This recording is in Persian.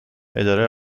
اداره